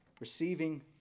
receiving